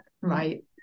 right